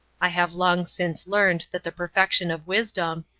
i have long since learned that the perfection of wisdom,